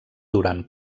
durant